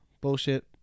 Bullshit